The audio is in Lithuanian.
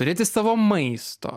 turėti savo maisto